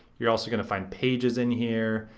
you're also gonna find pages in here.